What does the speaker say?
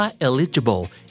eligible